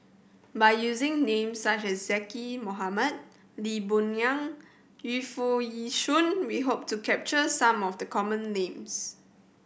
by using names such as Zaqy Mohamad Lee Boon Ngan Yu Foo Yee Shoon we hope to capture some of the common names